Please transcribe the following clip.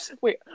Wait